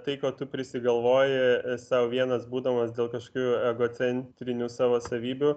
tai ko tu prisigalvoji sau vienas būdamas dėl kažkokių egocentrinių savo savybių